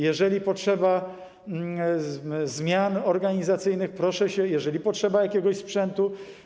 Jeżeli potrzeba zmian organizacyjnych, proszę się... jeżeli potrzeba jakiegoś sprzętu.